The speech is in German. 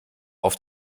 auf